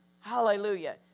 Hallelujah